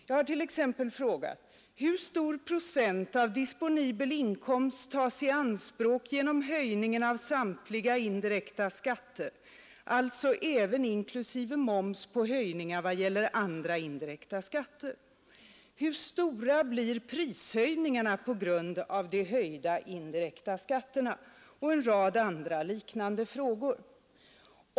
Jag har t.ex. frågat: Hur stor procent av disponibel inkomst tas i anspråk genom höjningen av samtliga indirekta skatter, alltså även inklusive moms på höjningen i vad gäller andra indirekta skatter? Hur stora blir prishöjningarna på grund av de höjda indirekta skatterna? Jag har ställt en rad andra liknande frågor.